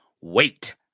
wait